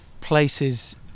places